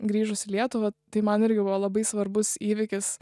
grįžus į lietuvą tai man irgi buvo labai svarbus įvykis